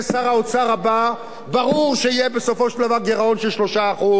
ברור שיהיה בסופו של דבר גירעון של 3%. לא רק זאת הבעיה,